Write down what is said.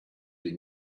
they